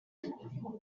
him